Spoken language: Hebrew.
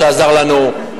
שעזר לנו,